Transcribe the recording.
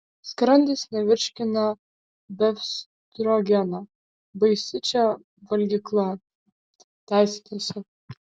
skrandis nevirškina befstrogeno baisi čia valgykla teisinasi